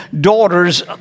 daughters